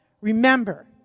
Remember